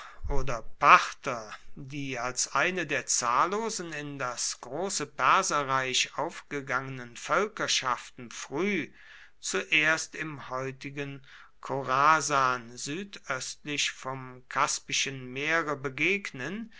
oder parther die als eine der zahllosen in das große perserreich aufgegangenen völkerschaften früh zuerst im heutigen khorasan südöstlich vom kaspischen meere begegnen